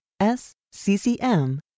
sccm